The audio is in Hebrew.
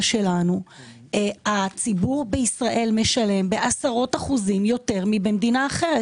שלנו הציבור בישראל משלם בעשרות אחוזים יותר מאשר במדינה אחרת.